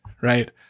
right